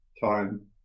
time